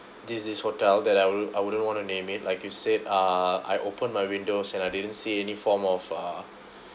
this this hotel that I wouldn't I wouldn't want to name it like you said uh I open my windows and I didn't see any form of uh